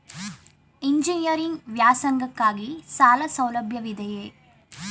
Engineering ವ್ಯಾಸಂಗಕ್ಕಾಗಿ ಸಾಲ ಸೌಲಭ್ಯವಿದೆಯೇ?